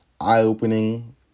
eye-opening